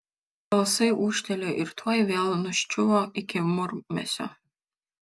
balsai ūžtelėjo ir tuoj vėl nuščiuvo iki murmesio